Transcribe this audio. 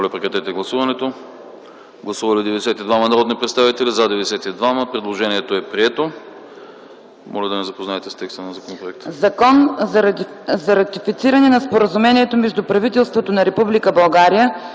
Закон за ратифициране на Споразумението между правителството на